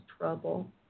trouble